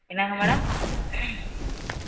என்னங்க மேடம்